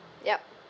yup